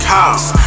house